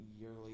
yearly